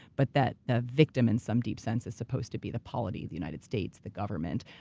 but that the victim in some deep sense is supposed to be the polity, the united states, the government.